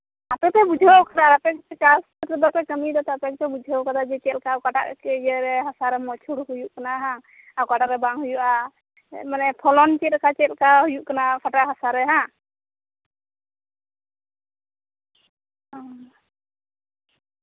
ᱟᱯᱮ ᱯᱮ ᱵᱩᱡᱷᱟᱹᱣ ᱟᱠᱟᱫᱟ ᱟᱨ ᱟᱯᱮ ᱜᱮᱯᱮ ᱪᱟᱥ ᱠᱟᱛᱮᱫ ᱯᱮ ᱠᱟᱹᱢᱤᱭ ᱮᱫᱟ ᱛᱚ ᱟᱯᱮ ᱜᱮᱯᱮ ᱵᱩᱡᱷᱟᱹᱣ ᱟᱠᱟᱫᱟ ᱡᱮ ᱪᱮᱫ ᱞᱮᱠᱟ ᱚᱠᱟᱴᱟᱜ ᱪᱮᱫ ᱤᱭᱟᱹ ᱨᱮ ᱦᱟᱥᱟ ᱨᱮ ᱢᱚᱸᱡᱽ ᱦᱩᱲᱩ ᱦᱩᱭᱩᱜ ᱠᱟᱱᱟ ᱚᱱᱟ ᱦᱚᱸ ᱟᱨ ᱚᱠᱟᱴᱟᱜ ᱨᱮ ᱵᱟᱝ ᱦᱩᱭᱩᱜᱼᱟ ᱢᱟᱱᱮ ᱯᱷᱚᱞᱚᱱ ᱪᱮᱫᱞᱮᱠᱟ ᱪᱮᱫᱞᱮᱠᱟ ᱦᱩᱭᱩᱜ ᱠᱟᱱᱟ ᱚᱠᱟᱴᱟᱜ ᱦᱟᱥᱟ ᱨᱮ ᱵᱟᱝ ᱚ